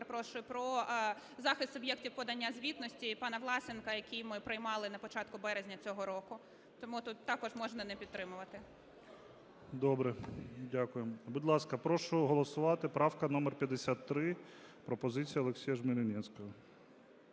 про захист суб'єктів подання звітності (пана Власенка), який ми приймали на початку березня цього року. Тому тут також можна не підтримувати. ГОЛОВУЮЧИЙ. Добре. Дякуємо. Будь ласка, прошу голосувати. Правка номер 53. Пропозиція Олексія Жмеренецького.